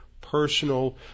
personal